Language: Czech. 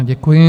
Děkuji.